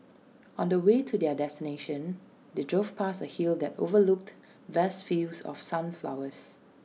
on the way to their destination they drove past A hill that overlooked vast fields of sunflowers